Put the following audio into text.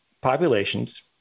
populations